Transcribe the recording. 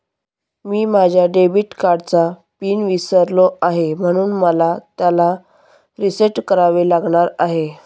मी माझ्या डेबिट कार्डचा पिन विसरलो आहे म्हणून मला त्याला रीसेट करावे लागणार आहे